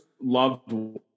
loved